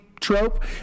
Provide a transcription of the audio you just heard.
trope